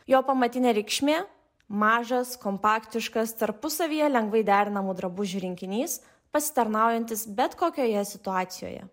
jo pamatinė reikšmė mažas kompaktiškas tarpusavyje lengvai derinamų drabužių rinkinys pasitarnaujantis bet kokioje situacijoje